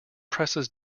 presses